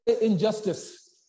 injustice